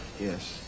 Yes